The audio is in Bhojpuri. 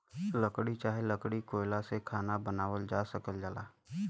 लकड़ी चाहे लकड़ी के कोयला से खाना बनावल जा सकल जाला